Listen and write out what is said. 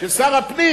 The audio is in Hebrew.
של שר הפנים,